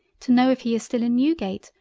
to know if he is still in newgate,